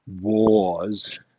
wars